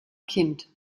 kind